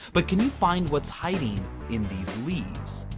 but, can you find what's hiding in these leaves?